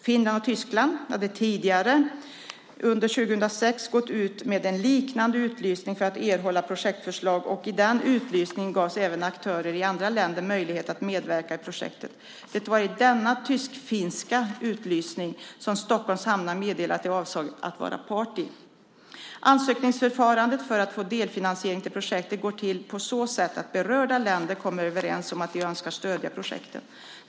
Finland och Tyskland hade tidigare under 2006 gått ut med en liknande utlysning för att erhålla projektförslag, och i den utlysningen gavs även aktörer i andra länder möjlighet att medverka i projekten. Det var i denna tysk-finska utlysning som Stockholms Hamnar meddelade att de avsåg att vara part. Ansökningsförfarandet för att få delfinansiering till projekt går till på så sätt att berörda länder kommer överens om att de önskar stödja projekten.